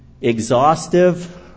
exhaustive